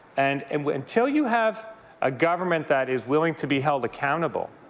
and and until you have a government that is willing to be held accountable,